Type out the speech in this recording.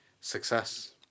success